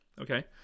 Okay